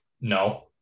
No